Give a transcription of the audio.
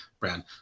brand